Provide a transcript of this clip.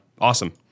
Awesome